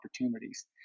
opportunities